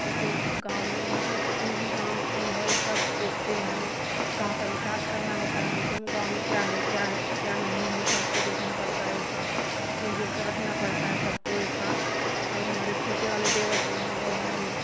उनको गाँव में मतलब जितनी भी गाँव की है सब देखते हैं गाँव का विकास करना होता है उनको गाँव में क्या है क्या है क्या नहीं है सबको देखना पड़ता है एक साथ मिलजुल कर रखना पड़ता है सबको एक साथ और हमारे छोटे वाले देवर जी हैं वो हैं